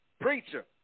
preacher